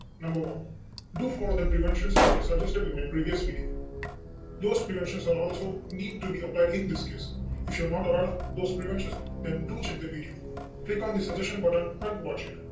number one do follow the preventions which i suggested in my previous video those preventions are also need to be applied in this case if you're not aware of those preventions, then do check the video click on the suggestion button and watch it